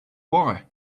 why